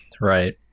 Right